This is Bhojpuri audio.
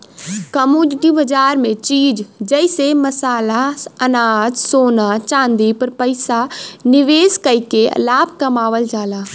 कमोडिटी बाजार में चीज जइसे मसाला अनाज सोना चांदी पर पैसा निवेश कइके लाभ कमावल जाला